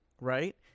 Right